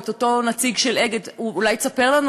את אותו נציג של "אגד": אולי תספר לנו